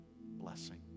Blessing